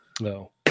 No